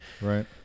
Right